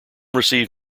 received